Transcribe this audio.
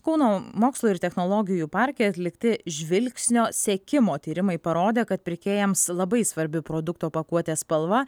kauno mokslo ir technologijų parke atlikti žvilgsnio sekimo tyrimai parodė kad pirkėjams labai svarbi produkto pakuotės spalva